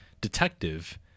detective